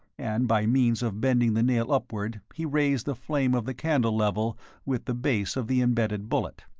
and by means of bending the nail upward he raised the flame of the candle level with the base of the embedded bullet.